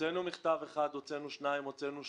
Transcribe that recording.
הוצאנו מכתב אחד, הוצאנו שניים, הוצאנו שלושה.